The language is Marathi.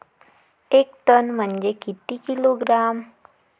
एक टन म्हनजे किती किलोग्रॅम?